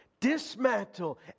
dismantle